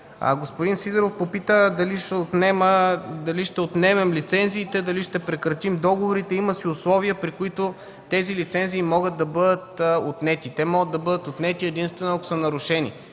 Господин Сидеров попита дали ще отнемем лицензиите, ще прекратим ли договорите? Има си условия, при които тези лицензии могат да бъдат отнети. Те могат да бъдат отнети, единствено ако са нарушени.